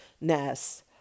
ness